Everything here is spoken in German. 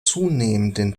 zunehmenden